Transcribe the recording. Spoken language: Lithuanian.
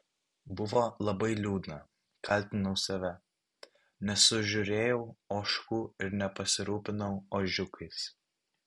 buvo labai liūdna kaltinau save nesužiūrėjau ožkų ir nepasirūpinau ožiukais